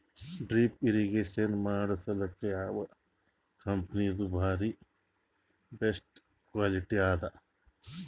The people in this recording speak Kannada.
ಡ್ರಿಪ್ ಇರಿಗೇಷನ್ ಮಾಡಸಲಕ್ಕ ಯಾವ ಕಂಪನಿದು ಬಾರಿ ಬೆಸ್ಟ್ ಕ್ವಾಲಿಟಿ ಅದ?